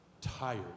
tired